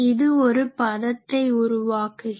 அது ஒரு பதத்தை உருவாக்குகிறது